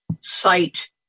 site